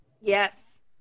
Yes